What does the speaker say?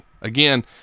Again